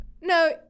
No